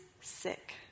sick